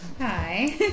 Hi